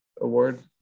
award